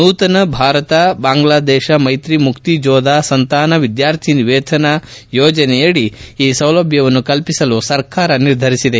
ನೂತನ ಭಾರತ ಬಾಂಗ್ಲಾದೇಶ ಮೈತ್ರಿ ಮುಕ್ತಿ ಜೋದ ಸಂತಾನ ವಿದ್ಯಾರ್ಥಿವೇತನ ಯೋಜನೆಯಡಿ ಈ ಸೌಲಭ್ಞವನ್ನು ಕಲ್ಪಿಸಲು ಸರ್ಕಾರ ನಿರ್ಧರಿಸಿದೆ